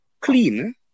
clean